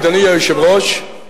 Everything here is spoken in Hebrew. אדוני היושב-ראש,